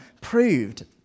proved